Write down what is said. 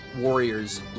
warrior's